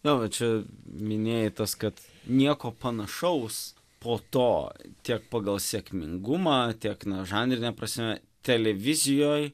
na va čia minėjai tas kad nieko panašaus po to tiek pagal sėkmingumą tiek na žanrine prasme televizijoj